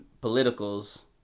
politicals